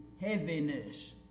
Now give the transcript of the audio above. heaviness